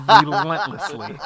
relentlessly